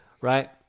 right